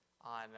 on